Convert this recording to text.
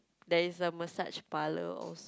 there is a massage parlour also